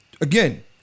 Again